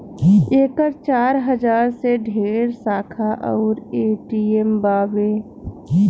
एकर चार हजार से ढेरे शाखा अउर ए.टी.एम बावे